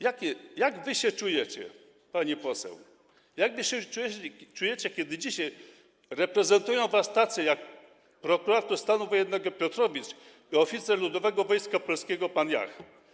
Jak wy się czujecie, pani poseł, jak wy się czujecie, kiedy dzisiaj reprezentują was tacy, jak prokurator stanu wojennego Piotrowicz i oficer Ludowego Wojska Polskiego pan Jach.